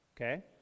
okay